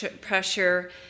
pressure